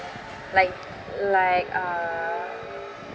like like uh